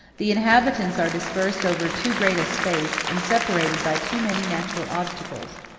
the inhabitants are dispersed over too great a space, and separated by too many natural obstacles,